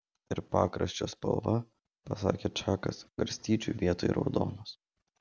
ir pakraščio spalva pasakė čakas garstyčių vietoj raudonos